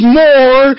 more